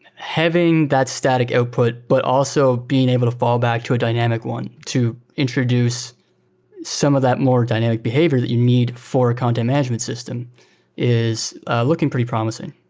having that static output but also being able to fall back to a dynamic one to introduce some of that more dynamic behavior that you need for content management system is looking pretty promising.